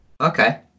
Okay